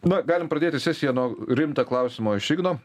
na galim pradėti sesiją nuo rimto klausimo iš igno